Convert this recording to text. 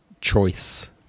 choice